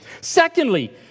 Secondly